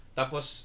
tapos